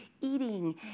eating